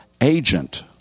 agent